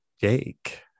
Jake